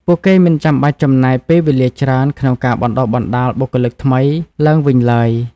ពួកគេមិនចាំបាច់ចំណាយពេលវេលាច្រើនក្នុងការបណ្តុះបណ្តាលបុគ្គលិកថ្មីឡើងវិញឡើយ។